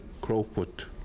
Crowfoot